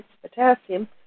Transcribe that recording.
potassium